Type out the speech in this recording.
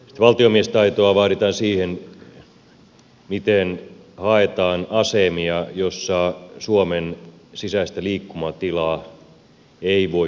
valtiomiestaitoa vaaditaan siihen miten haetaan asemia joissa suomen sisäistä liikkumatilaa ei voi kyseenalaistaa